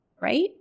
Right